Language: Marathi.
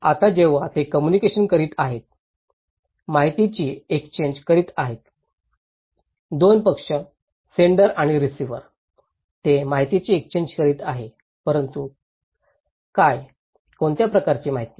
आता जेव्हा ते कम्युनिकेशन करीत आहेत माहितीची एक्सचेन्ज करीत आहेत दोन पक्ष सेण्डर आणि रिसिव्हर ते माहितीची एक्सचेन्ज करीत आहेत परंतु काय कोणत्या प्रकारची माहिती